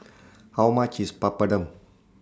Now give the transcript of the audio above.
How much IS Papadum